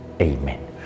Amen